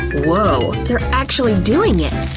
wow! they're actually doing it!